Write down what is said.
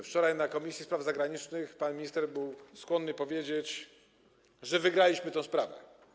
Wczoraj w Komisji Spraw Zagranicznych pan minister był skłonny powiedzieć, że wygraliśmy tę sprawę.